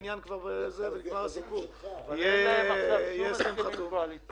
הנוהל הוא שזה הולך מהחדר השני ואז לחדר הזה.